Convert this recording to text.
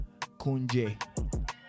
Kunje